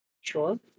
Sure